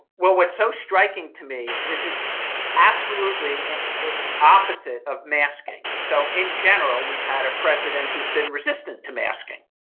well what's so striking to me is it's absolutely opposite of masking. so in general we've had a president who has been resistant to masking.